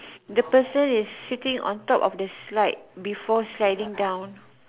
the person is seating on top the slide before sliding down